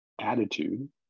attitude